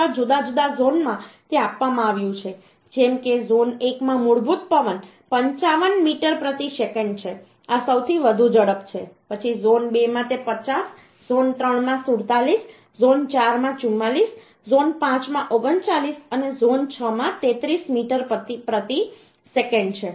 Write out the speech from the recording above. છ જુદા જુદા ઝોનમાં તે આપવામાં આવ્યું છે જેમ કે ઝોન એકમાં મૂળભૂત પવન 55 મીટર પ્રતિ સેકન્ડ છે આ સૌથી વધુ ઝડપ છે પછી ઝોન બેમાં તે 50 ઝોન ત્રણમાં 47 ઝોન ચારમાં 44 ઝોન પાંચમાં 39 અને ઝોન છ માં 33 મીટર પ્રતિ સેકન્ડ છે